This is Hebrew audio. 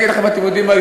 אתם יודעים מה,